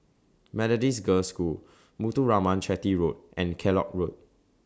Methodist Girls' School Muthuraman Chetty Road and Kellock Road